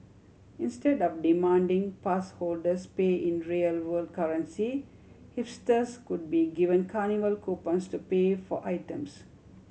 instead of demanding pass holders pay in real world currency hipsters could be given carnival coupons to pay for items